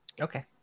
Okay